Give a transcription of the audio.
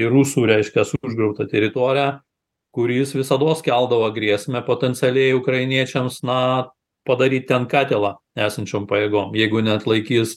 į rusų reiškias užgrobtą teritoriją kuris visados keldavo grėsmę potencialiai ukrainiečiams na padaryt ten katilą esančiom pajėgom jeigu neatlaikys